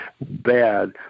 bad